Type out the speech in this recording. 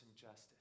justice